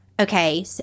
Okay